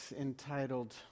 entitled